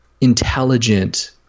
intelligent